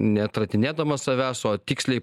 neatradinėdamas savęs o tiksliai